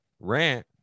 rant